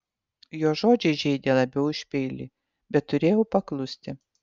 jo žodžiai žeidė labiau už peilį bet turėjau paklusti